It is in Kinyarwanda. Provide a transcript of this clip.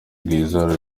bwiza